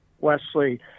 Wesley